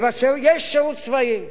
יש שירות צבאי,